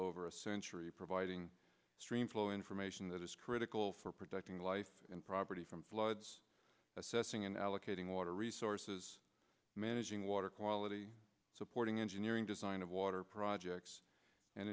over a century providing stream flow information that is critical for protecting life and property from floods assessing and allocating water resources managing water quality supporting engineering design of water projects and